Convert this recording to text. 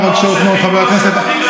אתה הרי בושה וחרפה.